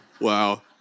Wow